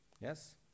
Yes